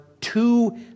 two